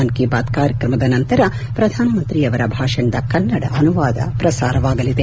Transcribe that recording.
ಮನ್ ಕಿ ಬಾತ್ ಕಾರ್ಯಕ್ರಮದ ನಂತರ ಪ್ರಧಾನಮಂತ್ರಿ ಅವರ ಭಾಷಣದ ಕನ್ನಡ ಅನುವಾದ ಪ್ರಸಾರವಾಗಲಿದೆ